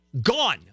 Gone